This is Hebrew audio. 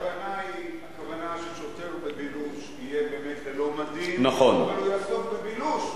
הכוונה היא ששוטר בבילוש יהיה ללא מדים אבל הוא יעסוק בבילוש,